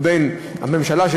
ובין הממשלה,